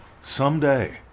Someday